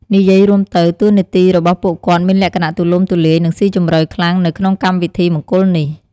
និយាយរួមទៅ តួនាទីរបស់ពួកគាត់មានលក្ខណៈទូលំទូលាយ និងស៊ីជម្រៅខ្លាំងនៅក្នុងកម្មវិធីមង្គលនេះ។